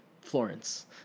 Florence